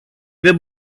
δεν